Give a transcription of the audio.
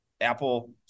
Apple